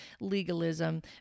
legalism